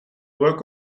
work